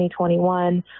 2021